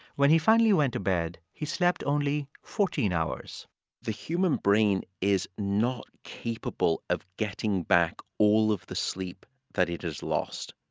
when he finally went to bed, he slept only fourteen hours the human brain is not capable of getting back all of the sleep that it has lost.